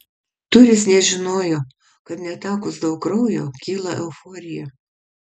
turis nežinojo kad netekus daug kraujo kyla euforija